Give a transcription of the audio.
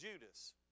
Judas